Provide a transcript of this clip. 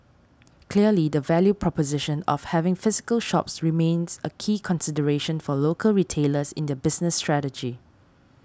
clearly the value proposition of having physical shops remains a key consideration for local retailers in their business strategy